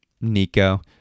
Nico